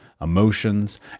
emotions